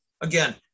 again